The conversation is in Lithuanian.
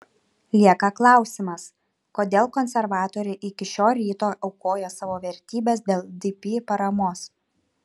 lieka klausimas kodėl konservatoriai iki šio ryto aukojo savo vertybes dėl dp paramos